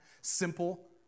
Simple